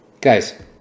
Guys